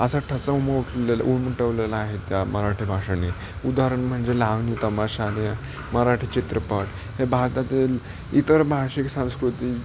असा ठसा उम उटलेलं उमटवलेलं आहे त्या मराठी भाषानी उदाहरण म्हणजे लावणी तमाशाने मराठी चित्रपट हे भारतातील इतर भाषिक संस्कृती